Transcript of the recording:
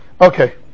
Okay